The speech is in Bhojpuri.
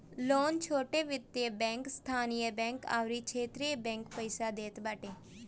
लोन छोट वित्तीय बैंक, स्थानीय बैंक अउरी क्षेत्रीय बैंक पईसा देत बाटे